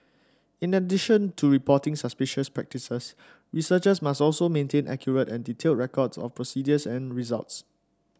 in addition to reporting suspicious practices researchers must also maintain accurate and detailed records of procedures and results